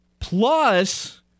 Plus